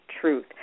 truth